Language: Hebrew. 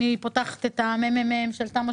אני פותחת את המחקר של ה-ממ"מ על אודות תמ"א